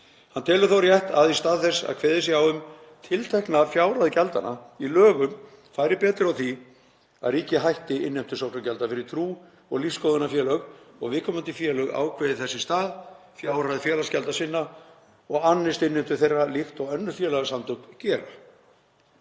Hann telur þó rétt að í stað þess að kveðið sé á um tiltekna fjárhæð gjaldanna í lögum færi betur á því að ríkið hætti innheimtu sóknargjalda fyrir trú- og lífsskoðunarfélög og viðkomandi félög ákveði þess í stað fjárhæð félagsgjalda sinna og annist sjálf innheimtu þeirra, líkt og önnur félagasamtök gera.